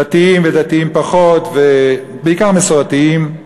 דתיים ודתיים פחות ובעיקר מסורתיים,